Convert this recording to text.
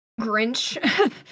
Grinch